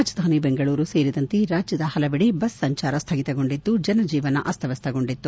ರಾಜಧಾನಿ ಬೆಂಗಳೂರು ಸೇರಿದಂತೆ ರಾಜ್ಜದ ಹಲವೆಡೆ ಬಸ್ ಸಂಚಾರ ಸ್ವಗಿತಗೊಂಡಿದ್ದು ಜನಜೀವನ ಅಸ್ತಮ್ನಸ್ತಗೊಂಡಿತ್ತು